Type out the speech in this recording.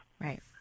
Right